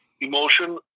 emotion